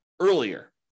earlier